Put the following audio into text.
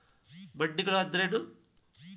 ಮಂಡಿಗಳು ಅಂದ್ರೇನು?